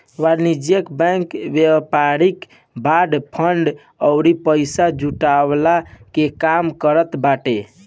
वाणिज्यिक बैंक व्यापारिक bond, fund अउरी पईसा जुटवला के काम करत बाटे